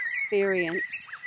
experience